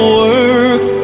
work